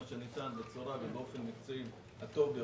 שניתן בצורה ובאופן מקצועי הטוב ביותר,